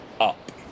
up